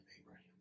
Abraham